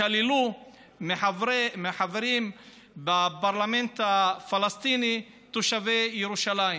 שללו מחברים בפרלמנט הפלסטיני תושבי ירושלים,